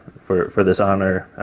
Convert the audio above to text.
for for this honor,